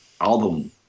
album